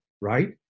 right